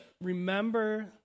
Remember